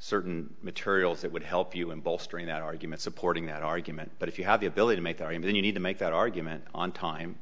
certain materials that would help you in bolstering that argument supporting that argument but if you have the ability to make the argument you need to make that argument on time